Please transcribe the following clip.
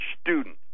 student